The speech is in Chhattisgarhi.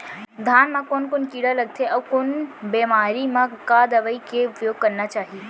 धान म कोन कोन कीड़ा लगथे अऊ कोन बेमारी म का दवई के उपयोग करना चाही?